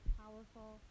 powerful